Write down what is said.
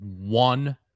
one